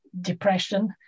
depression